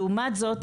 לעומת זאת,